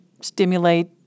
stimulate